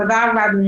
תודה רבה, אדוני